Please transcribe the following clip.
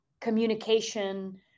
communication